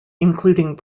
including